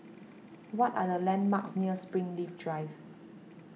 what are the landmarks near Springleaf Drive